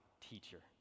teacher